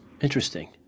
Interesting